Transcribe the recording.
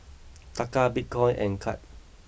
Taka Bitcoin and Kyat